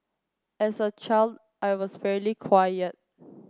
as a child I was fairly quiet